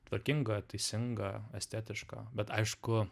tvarkinga teisinga estetiška bet aišku